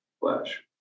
flesh